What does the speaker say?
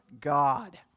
God